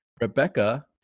rebecca